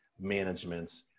management